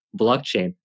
blockchain